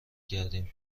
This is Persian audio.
کردیم